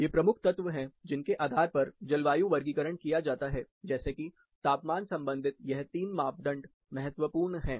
ये प्रमुख तत्व हैं जिनके आधार पर जलवायु वर्गीकरण किया जाता है जैसे कि तापमान संबंधित यह 3 मापदंड महत्वपूर्ण हैं